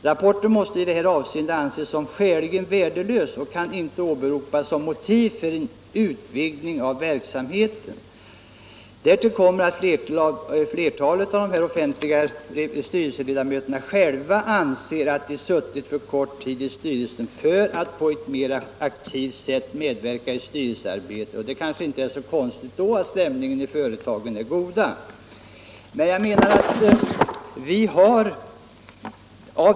Rapporten måste i det avseendet anses som skäligen värdelös och kan inte åberopas som motiv för en utvidgning av verksamheten. Därtill kommer att "flertalet av de offentliga styrelseledamöterna själva anser att de suttit för kort tid i styrelsen för att på ett mera aktivt sätt medverka i styrelsearbetet. Det är kanske inte så konstigt då att stämningen i företagen är god.